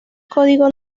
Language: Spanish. código